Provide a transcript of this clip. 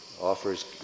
Offers